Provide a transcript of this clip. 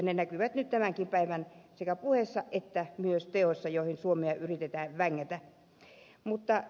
ne näkyvät nyt tämänkin päivän sekä puheissa että myös teoissa joihin suomea yritetään vängätä